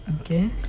okay